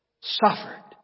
suffered